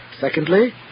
Secondly